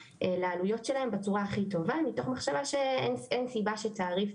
לעלויות שלהם בצורה ההכי טובה וזאת מתוך מחשבה שאין סיבה שתעריף